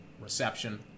reception